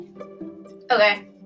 Okay